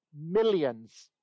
millions